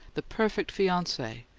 the perfect fiance,